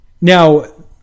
Now